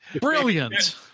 brilliant